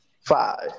five